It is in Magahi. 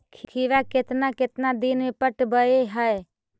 खिरा केतना केतना दिन में पटैबए है?